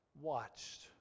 watched